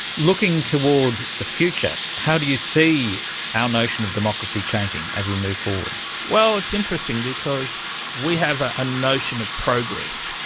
looking toward the future, how do you see our notion of democracy changing as we move forward? well, it's interesting because we have a notion of progress,